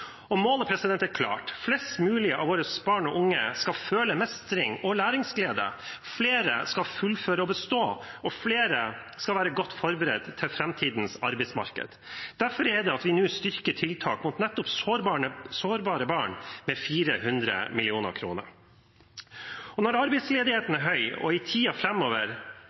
Målet er klart: Flest mulig av våre barn og unge skal føle mestring og læringsglede, flere skal fullføre og bestå, og flere skal være godt forberedt til framtidens arbeidsmarked. Derfor er det at vi nå styrker tiltak mot nettopp sårbare barn med 400 mill. kr. Når arbeidsledigheten er høy må vi derfor i